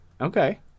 Okay